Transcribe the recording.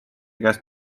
käes